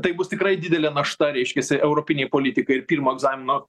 tai bus tikrai didelė našta reiškiasi europinei politikai ir pirmo egzamino